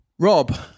Rob